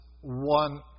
one